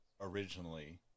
originally